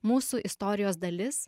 mūsų istorijos dalis